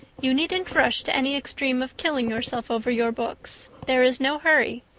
you needn't rush to any extreme of killing yourself over your books. there is no hurry.